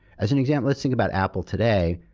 as an example, let's think about apple today.